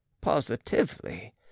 positively